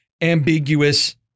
ambiguous